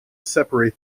separate